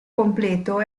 completo